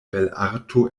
belarto